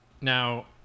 Now